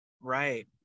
Right